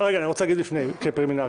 להגיד לפני, כפרלימינרי: